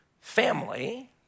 family